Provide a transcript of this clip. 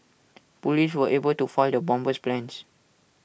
Police were able to foil the bomber's plans